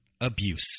abuse